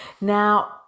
Now